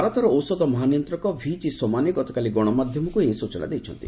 ଭାରତର ଔଷଧ ମହାନିୟନ୍ତ୍ରକ ଭିଜି ସୋମାନୀ ଗତକାଲି ଗଣମାଧ୍ୟମକୁ ଏହି ସ୍ବଚନା ଦେଇଛନ୍ତି